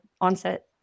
onset